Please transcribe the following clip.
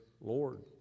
Lord